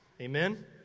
Amen